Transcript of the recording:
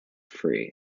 free